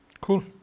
Cool